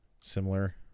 Similar